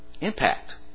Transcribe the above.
Impact